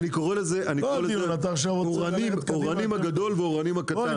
ושניים, אני קורא לזה אורנים הגדול ואורנים הקטן.